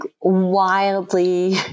wildly